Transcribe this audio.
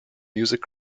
music